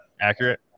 accurate